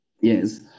Yes